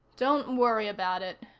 don't worry about it,